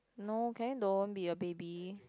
no can you don't be a baby